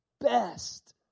best